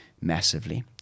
massively